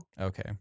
okay